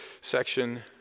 section